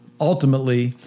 ultimately